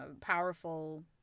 powerful